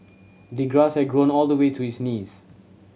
the grass had grown all the way to his knees